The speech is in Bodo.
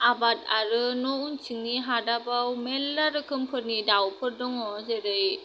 आबाद आरो न' उनथिंनि हादाबाव मेरला रोखोमफोरनि दावफोर दङ जेरै